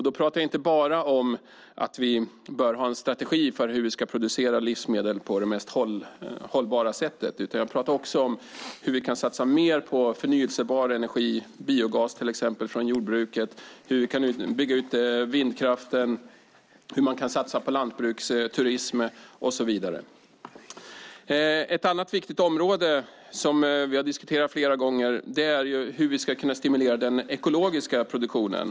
Då pratar jag inte bara om att vi bör ha en strategi för hur vi ska producera livsmedel på det mest hållbara sättet, utan jag pratar också om hur vi kan satsa mer på förnybar energi, till exempel biogas från jordbruket, hur vi kan bygga ut vindkraften, hur vi kan satsa på lantbruksturism och så vidare. Ett annat viktigt område som vi har diskuterat flera gånger är hur vi ska kunna stimulera den ekologiska produktionen.